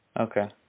Okay